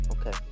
Okay